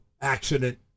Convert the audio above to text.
accident